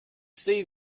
see